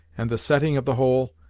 and the setting of the whole,